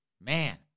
man